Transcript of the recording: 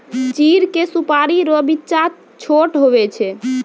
चीड़ के सुपाड़ी रो बिच्चा छोट हुवै छै